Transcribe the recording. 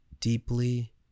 deeply